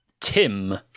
Tim